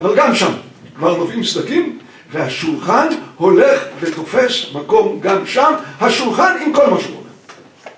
אבל גם שם, מרנובים מסתכלים, והשולחן הולך ותופס מקום גם שם, השולחן עם כל מה שבולם.